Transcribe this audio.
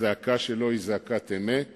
הזעקה שלו היא זעקת אמת